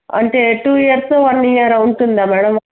అంటే two years one ఇయరా ఉంటుందా మేడం